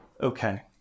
Okay